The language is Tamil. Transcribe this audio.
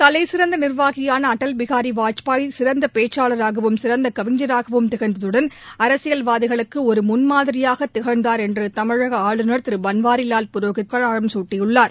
தலைசிறந்த நிர்வாகியான அடல் பிகாரி வாஜ்பாய் சிறந்த பேச்சாளராகவும் சிறந்த கவிஞராகவும் திகழ்ந்ததுடன் அரசியல் வாதிகளுக்கு ஒரு முன் மாதிரியாக திகழ்ந்தார் என்று தமிழக ஆளுநர் திரு பன்வாரிலால் புரோஹித் புகழாரம் குட்டினார்